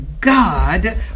God